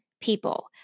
people